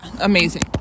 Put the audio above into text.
amazing